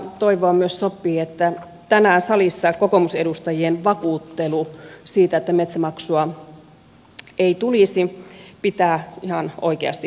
toivoa myös sopii että tänään salissa kokoomusedustajien vakuuttelu siitä että metsämaksua ei tulisi pitää ihan oikeasti paikkansa